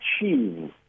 achieve